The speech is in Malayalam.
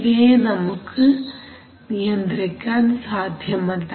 ഇവയെ നമുക്ക് നിയന്ത്രിക്കാൻ സാധ്യമല്ല